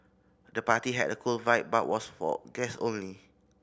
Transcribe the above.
the party had a cool vibe but was for guest only